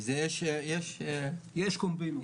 יש קומבינות.